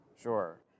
Sure